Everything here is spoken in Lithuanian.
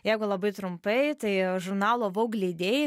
jeigu labai trumpai tai žurnalo vaug leidėjai